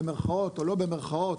במירכאות או לא במירכאות,